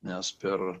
nes per